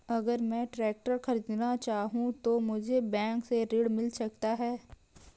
अगर मैं ट्रैक्टर खरीदना चाहूं तो मुझे बैंक से ऋण मिल सकता है?